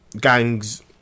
Gangs